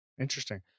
Interesting